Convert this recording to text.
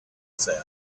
sound